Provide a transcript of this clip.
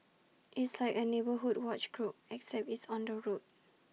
it's like A neighbourhood watch group except it's on the road